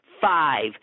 five